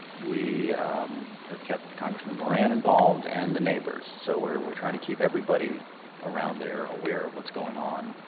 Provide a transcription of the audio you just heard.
we have kept congressman moran involved and the neighbors so we're we're trying to keep everybody around there aware of what's going on.